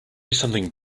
something